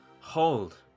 hold